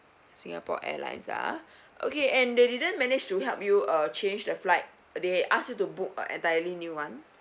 singapore airlines ah okay and they didn't manage to help you uh change the flight they ask you to book a entirely new [one]